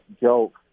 joke